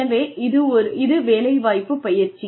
எனவே இது வேலைவாய்ப்பு பயிற்சி